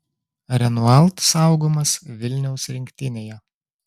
renault saugomas vilniaus rinktinėje